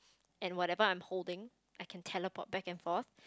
and whatever I'm holding I can teleport back and forth